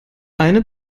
eine